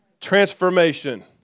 transformation